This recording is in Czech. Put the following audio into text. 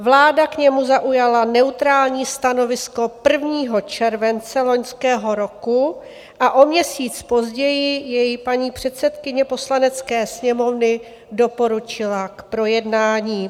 Vláda k němu zaujala neutrální stanovisko 1. července loňského roku a o měsíc později jej paní předsedkyně Poslanecké sněmovny doporučila k projednání.